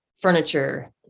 furniture